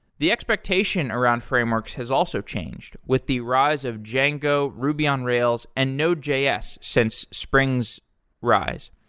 the expectation around frameworks has also changed with the rise of django, ruby on rails, and node js since spring's rise.